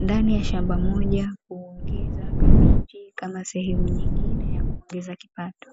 ndani ya shamba moja huongeza kabichi kama sehemu nyingine ya kuongeza kipato.